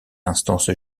instance